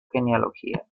genealogía